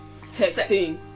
Texting